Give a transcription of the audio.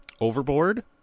overboard